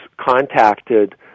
contacted